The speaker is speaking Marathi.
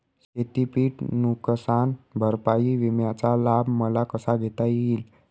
शेतीपीक नुकसान भरपाई विम्याचा लाभ मला कसा घेता येईल?